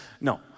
No